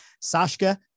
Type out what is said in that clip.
Sashka